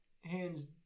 Hands